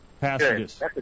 passages